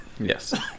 Yes